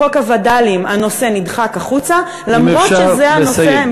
מחוק הווד"לים הנושא נדחק החוצה, אם אפשר, לסיים.